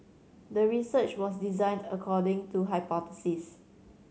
the research was designed according to hypothesis